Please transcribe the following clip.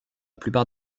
plupart